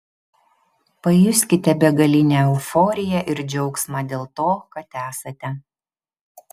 pajuskite begalinę euforiją ir džiaugsmą dėl to kad esate